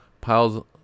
piles